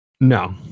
No